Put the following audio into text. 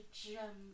gem